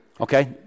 Okay